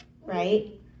right